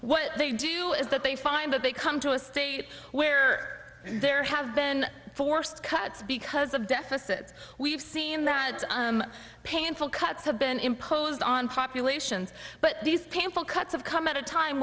what they do is that they find that they come to a state where there have been forced cuts because of deficit we've seen the painful cuts have been imposed on populations but these painful cuts have come at a time